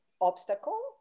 obstacle